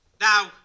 Now